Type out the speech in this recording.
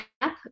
app